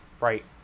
Right